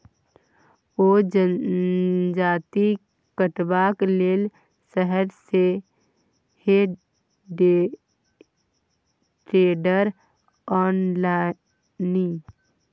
ओ जजाति कटबाक लेल शहर सँ हे टेडर आनलनि